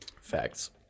Facts